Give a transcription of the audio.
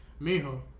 Mijo